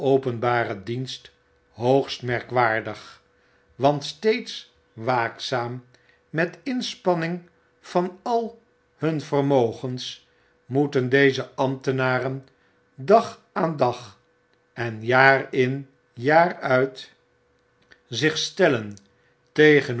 openbaren dienst hoogst merkwaardig want steeds waakzaam met inspanning van al hun vermogens moeten deze beambten dag aan dag en jaar in jaar uit zich stellen